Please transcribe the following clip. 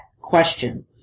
question